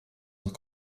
noch